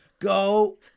Go